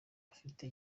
afite